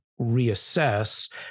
reassess